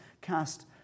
cast